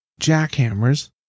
jackhammers